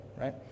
right